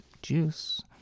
juice